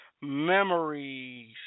memories